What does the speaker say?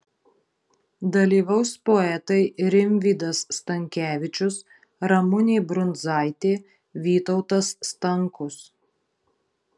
dalyvaus poetai rimvydas stankevičius ramunė brundzaitė vytautas stankus